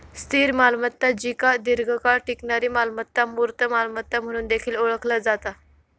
स्थिर मालमत्ता जिका दीर्घकाळ टिकणारी मालमत्ता, मूर्त मालमत्ता म्हणून देखील ओळखला जाता